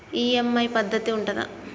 EMI పద్ధతి ఉంటదా?